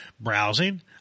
Browsing